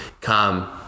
Come